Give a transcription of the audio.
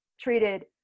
treated